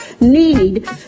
need